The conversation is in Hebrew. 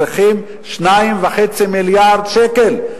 צריכים 2.5 מיליארד שקל.